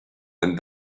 and